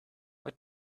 what